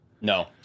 No